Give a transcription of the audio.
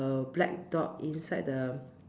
a black dot inside the